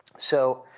so